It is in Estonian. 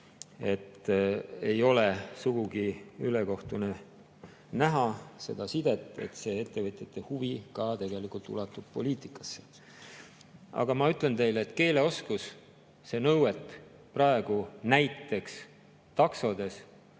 et ei ole sugugi ülekohtune näha seda sidet, et ettevõtjate huvi ulatub ka poliitikasse. Aga ma ütlen teile, et keeleoskuse nõuet praegu näiteks taksodes,